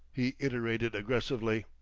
he iterated aggressively.